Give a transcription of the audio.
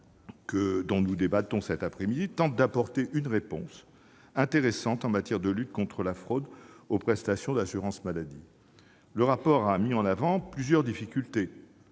dont nous débattons tend à apporter une réponse intéressante en matière de lutte contre la fraude aux prestations d'assurance maladie. Le rapport soulève plusieurs difficultés,